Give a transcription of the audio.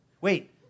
Wait